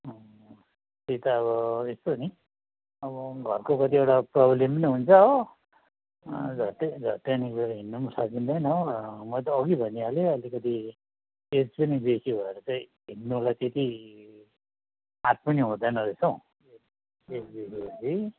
त्यही त अब यसो नि अब घरको कतिवटा प्रब्लम नि हुन्छ हो झट्टै झट्टै निस्केर हिँड्नु पनि सकिँदैन हो म त अघि भनिहालेँ अलिकति प्रेसर नैै बेसी भएर चाहिँ हिँड्नुलाई त्यति आँट पनि हुँदैन रहेछ हौ